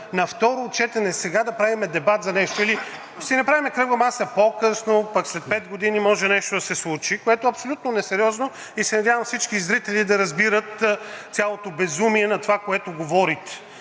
На второ четене сега да правим дебат за нещо – или ще си направим кръгла маса по-късно, пък след пет години може нещо да се случи, което е абсолютно несериозно. И се надявам всички зрители да разбират цялото безумие на това, което говорите,